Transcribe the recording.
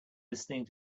listening